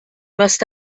must